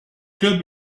club